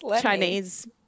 Chinese